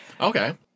Okay